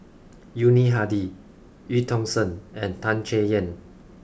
Yuni Hadi Eu Tong Sen and Tan Chay Yan